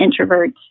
introverts